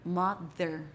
mother